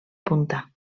punta